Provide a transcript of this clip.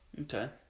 Okay